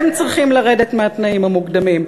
הם צריכים לרדת מהתנאים המוקדמים,